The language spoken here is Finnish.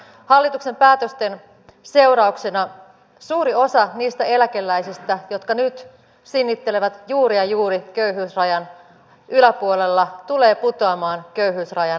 hallituksen päätösten seurauksena suuri osa niistä eläkeläisistä jotka nyt sinnittelevät juuri ja juuri köyhyysrajan yläpuolella tulee putoamaan köyhyysrajan alapuolelle